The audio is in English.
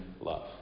love